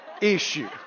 issue